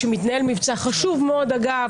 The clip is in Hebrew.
כשמתנהל מבצע חשוב מאוד אגב,